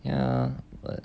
ya but